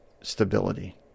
stability